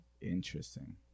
Interesting